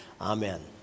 Amen